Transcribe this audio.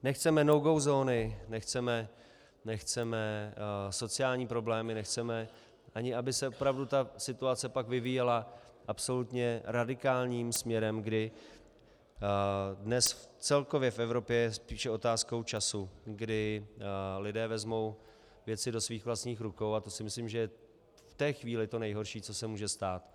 Nechceme nogo zóny, nechceme sociální problémy, nechceme ani, aby se opravdu situace pak vyvíjela absolutně radikálním směrem, kdy dnes celkově v Evropě je spíše otázkou času, kdy lidé vezmou věci do svých vlastních rukou, a to si myslím, že to je v té chvíli to nejhorší, co se může stát.